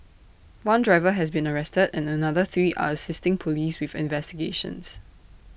one driver has been arrested and another three are assisting Police with investigations